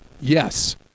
Yes